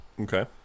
Okay